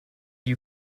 you